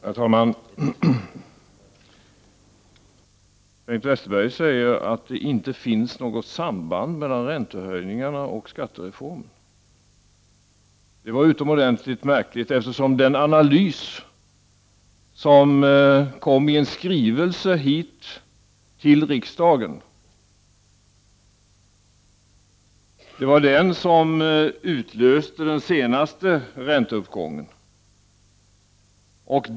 Herr talman! Bengt Westerberg säger att det inte finns något samband mellan räntehöjningarna och skattereformen. Det var utomordentligt märkligt, eftersom den analys som kom i en skrivelse hit till riksdagen var den som utlöste den senaste ränteuppgången.